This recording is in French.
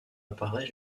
apparaît